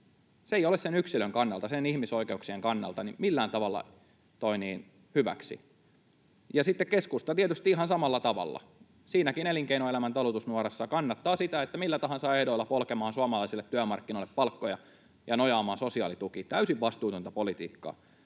Se ei ole sen yksilön kannalta, sen ihmisoikeuksien kannalta, millään tavalla hyväksi. Sitten keskusta tietysti ihan samalla tavalla elinkeinoelämän talutusnuorassa kannattaa sitä, että tullaan millä tahansa ehdoilla polkemaan suomalaisille työmarkkinoille palkkoja ja nojaamaan sosiaalitukiin — täysin vastuutonta politiikkaa.